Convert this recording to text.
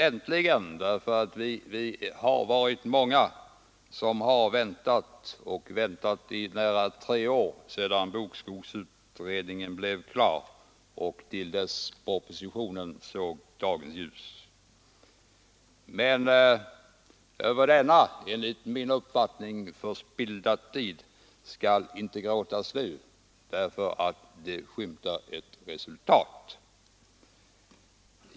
Vi har nämligen varit många som väntat i nära tre år sedan bokskogsutredningen blev klar och till dess propositionen såg dagens ljus. Men över denna enligt min mening förspillda tid skall inte gråtas nu, eftersom vi skymtar ett resultat.